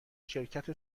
شرکت